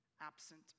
absent